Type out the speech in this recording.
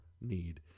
need